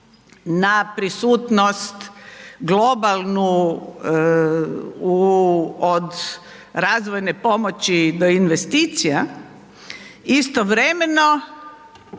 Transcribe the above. na prisutnost globalnu u, od razvojne pomoći do investicija istovremeno